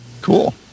Cool